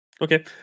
Okay